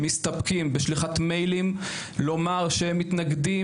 מסתפקים בשליחת מיילים לומר שהם מתנגדים